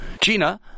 Gina